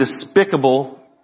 despicable